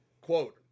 quote